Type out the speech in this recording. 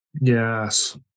Yes